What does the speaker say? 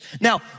Now